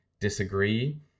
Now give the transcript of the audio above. disagree